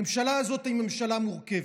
הממשלה הזאת היא ממשלה מורכבת,